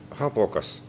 hapokas